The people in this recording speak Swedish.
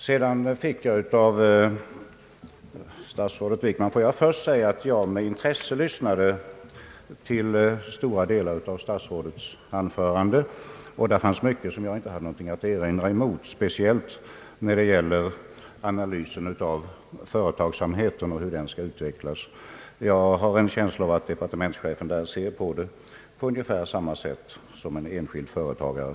Så vill jag säga att jag med intresse lyssnade till stora delar av statsrådet Wickmans anförande. Där fanns mycket som jag inte hade någonting att erinra mot speciellt vad gäller analysen av företagsamheten och hur den skall utvecklas. Jag har en känsla av att departementschefen ser på detta ungefär på samma sätt som en enskild företagare.